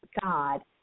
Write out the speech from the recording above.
God